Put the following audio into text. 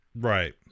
right